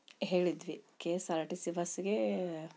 ಹೇಳಿದ್ವಿ K S R T C ಬಸ್ಗೇ